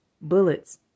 bullets